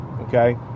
okay